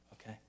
okay